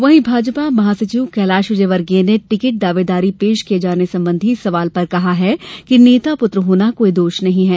वहीं भाजपा महासचिव कैलाश विजयवर्गीय ने टिकिट दावेदारी पेश किये जाने संबंधी सवाल पर कहा है कि नेता पुत्र होना कोई दोष नहीं है